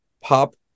pop